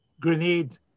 grenade